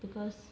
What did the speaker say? because